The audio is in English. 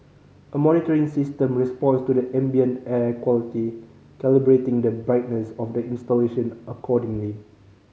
a monitoring system responds to the ambient air quality calibrating the brightness of the installation accordingly